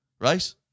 right